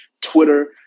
Twitter